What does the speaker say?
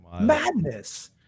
madness